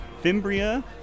Fimbria